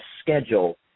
schedule